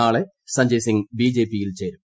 നാളെ സജ്ഞയ് സിംഗ് ബിജെപിയിൽ ചേരും